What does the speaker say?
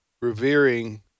revering